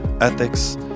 ethics